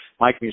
Mike